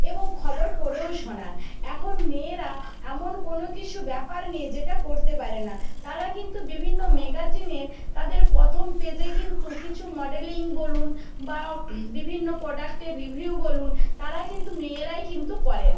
এবং খবর পড়েও শোনান এখন মেয়েরা এমন কোনো কিছু ব্যাপার নেই যেটা করতে পারে না তারা কিন্তু বিভিন্ন ম্যাগাজিনে তাদের পোথম পেজে কিন্তু কিছু মডেলিং বলুন বা বিভিন্ন প্রোডাক্টের রিভিউ বলুন তারা কিন্তু মেয়েরাই কিন্তু করেন